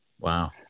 Wow